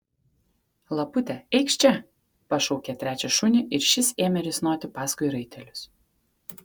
lapute eikš čia pašaukė trečią šunį ir šis ėmė risnoti paskui raitelius